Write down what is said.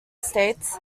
states